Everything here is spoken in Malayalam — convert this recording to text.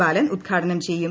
ബാലൻ ഉദ്ഘാടനം ചെയ്യും